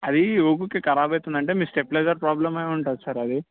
అది ఊరుకే కరాబ్ అయితుంది అంటే మీ స్టెబ్లైజర్ ప్రాబ్లమ ఉంటుంది సార్ అది